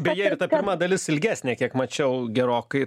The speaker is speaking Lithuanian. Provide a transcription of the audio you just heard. beje ir ta pirma dalis ilgesnė kiek mačiau gerokai